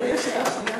תצאו החוצה,